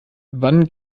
wann